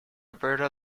alberta